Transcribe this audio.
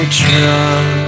drunk